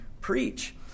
preach